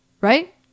right